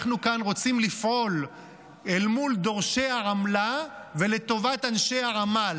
אנחנו רוצים כאן לפעול אל מול דורשי העמלה ולטובת אנשי העמל,